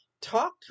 talk